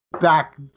back